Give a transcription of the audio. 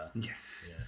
Yes